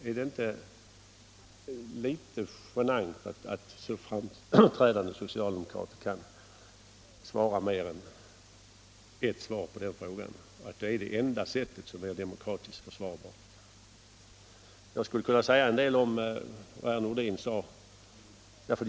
Är det inte litet genant att framträdande socialdemokrater kan ge mer än ett svar på den frågan - att det är det enda sättet som är demokratiskt försvarbart? Jag skulle kunna bemöta en del av vad herr Nordin sade.